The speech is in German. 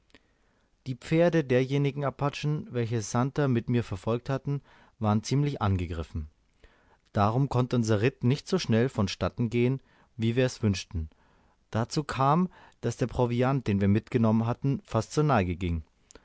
die pferde derjenigen apachen welche santer mit mir verfolgt hatten waren ziemlich angegriffen darum konnte unser ritt nicht so schnell von statten gehen wie wir es wünschten dazu kam daß der proviant den wir mitgenommen hatten fast zur neige ging